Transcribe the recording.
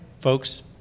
folks –